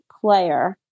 player